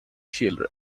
children